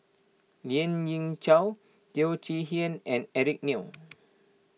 Lien Ying Chow Teo Chee Hean and Eric Neo